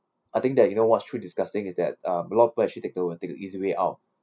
I think that you know what's true disgusting is that uh a lot of people actually they take would take the easy way out